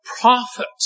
prophet